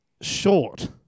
short